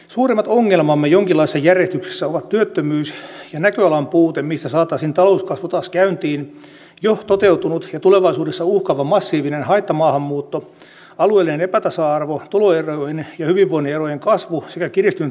suurimmat ongelmamme jonkinlaisessa järjestyksessä ovat työttömyys ja näköalan puute siinä mistä saataisiin talouskasvu taas käyntiin jo toteutunut ja tulevaisuudessa uhkaava massiivinen haittamaahanmuutto alueellinen epätasa arvo tuloerojen ja hyvinvoinnin erojen kasvu sekä kiristynyt kansainvälinen tilanne